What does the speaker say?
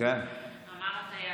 אמר הטייס.